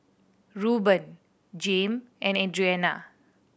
Reuben Jame and Adriana